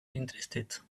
interested